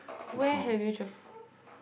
where have you travel